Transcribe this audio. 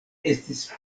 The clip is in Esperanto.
estis